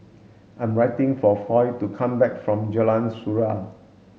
I'm waiting for Foy to come back from Jalan Surau